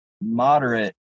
moderate